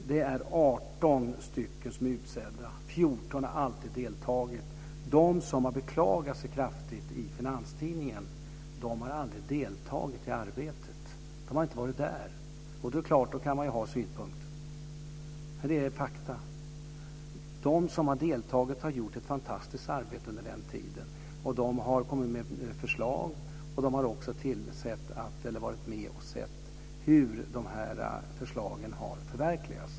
Det är 18 som är utsedda, och 14 har alltid deltagit. De som har beklagat sig kraftigt i Finanstidningen har aldrig deltagit i arbetet, har inte varit där. Då är det klart att man kan ha synpunkter. Det är fakta. De som har deltagit har gjort ett fantastiskt arbete under den tiden, och de har kommit med förslag och varit med och sett hur de här förslagen har förverkligats.